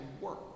work